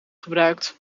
gebruikt